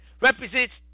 represents